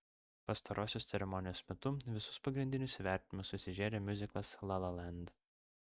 pastarosios ceremonijos metu visus pagrindinius įvertinimus susižėrė miuziklas la la land